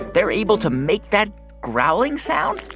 they're able to make that growling sound?